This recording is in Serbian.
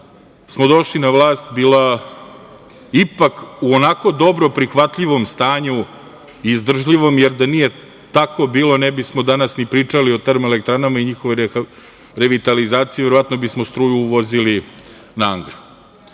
smo došli na vlast, bila ipak u onako dobro prihvatljivom stanju, izdržljivom, jer da nije tako bilo ne bismo danas ni pričali o termoelektranama i njihovoj revitalizaciji, verovatno bismo struju uvozili na